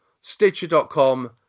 stitcher.com